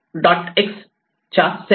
x च्या self